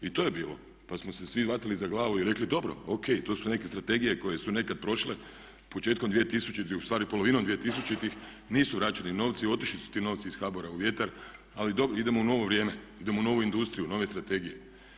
I to je bilo pa smo se svi hvatali za glavu i rekli dobro, O.K, to su neke strategije koje su nekada prošle početkom 2000., ustvari polovinom 2000. nisu vraćeni novci i otišli su ti novici iz HBOR-a u vjetar ali dobro idemo u novo vrijeme, idemo u novu industriju, u nove strategije.